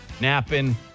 napping